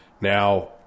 Now